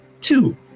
Two